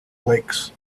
lakes